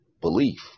belief